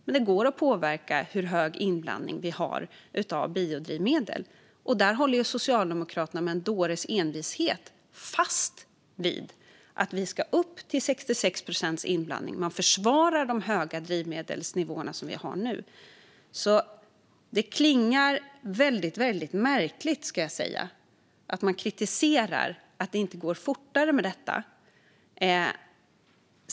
Men det går att påverka hur hög inblandning vi har av biodrivmedel. Där håller Socialdemokraterna med en dåres envishet fast vid att vi ska upp till 66 procents inblandning. Man försvarar de höga nivåerna som vi har nu. Det klingar därför väldigt märkligt att man kritiserar att det inte går fortare med detta.